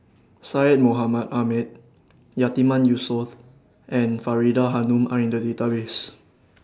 Syed Mohamed Ahmed Yatiman Yusof and Faridah Hanum Are in The Database